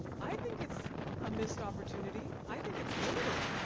i think it's a missed opportunity. i think it's limited.